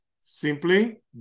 simply